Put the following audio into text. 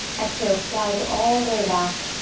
exhale, slide it all the way back.